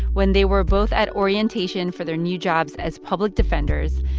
when they were both at orientation for their new jobs as public defenders.